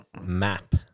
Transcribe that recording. map